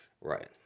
Right